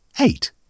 Eight